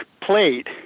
plate